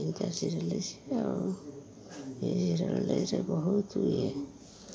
ଇନ୍ଟା serial ସ ଆଉ ଏଇ ସିରିଏଲସ୍ ବହୁତ ଇଏ